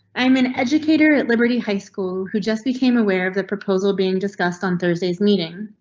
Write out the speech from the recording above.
i'm in edgecator at liberty high school who just became aware of the proposal being discussed on thursday's meeting.